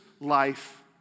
life